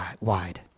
wide